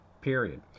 period